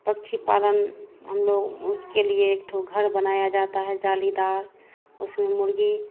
पक्षी पालन हम लोग उसके लिए एक ठो घर बनाया जाता है जालीदार उसमें मुर्गी